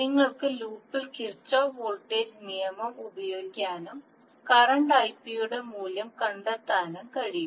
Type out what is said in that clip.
നിങ്ങൾക്ക് ലൂപ്പിൽ Kirchhoff voltage നിയമം ഉപയോഗിക്കാനും കറണ്ട് Ipയുടെ മൂല്യം കണ്ടെത്താനും കഴിയും